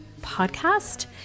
podcast